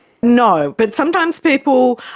no, but sometimes people,